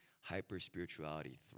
hyper-spirituality